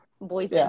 Boys